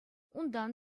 унтан